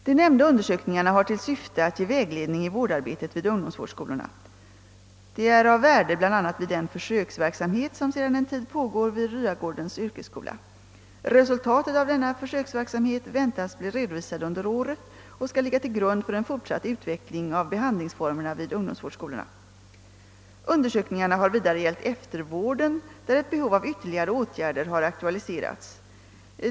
De nämnda undersökningarna har till syfte att ge vägledning i vårdarbetet vid ungdomsvårdsskolorna. De är av värde bl.a. vid den försöksverksamhet som sedan en tid pågår vid Ryagårdens yrkesskola. Resultaten av denna försöksverksamhet väntas bli redovisade under året och skall ligga till grund för en fortsatt utveckling av behandlingsformerna vid ungdomsvårdsskolorna. Undersökningarna har vidare gällt eftervården, där ett behov av ytterligare åtgärder har aktualiserats.